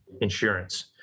insurance